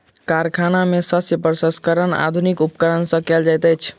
कारखाना में शस्य प्रसंस्करण आधुनिक उपकरण सॅ कयल जाइत अछि